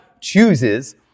chooses